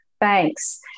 Thanks